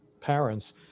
parents